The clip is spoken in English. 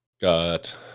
Got